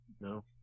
No